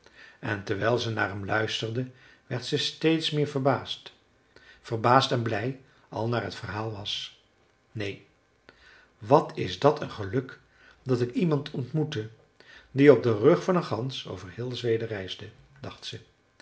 en terwijl ze naar hem luisterde werd ze steeds meer verbaasd verbaasd en blij al naar t verhaal was neen wat is dat een geluk dat ik iemand ontmoette die op den rug van een gans over heel zweden reisde dacht ze